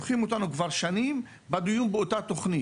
מורחים אותנו כבר שנים בדיון באותה תוכנית.